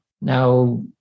now